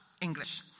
English